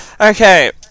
Okay